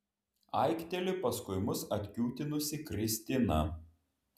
aikteli paskui mus atkiūtinusi kristina